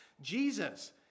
Jesus